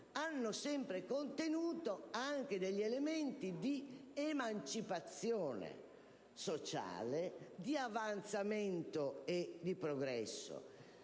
hanno sempre contenuto anche elementi di emancipazione sociale, di avanzamento e di progresso.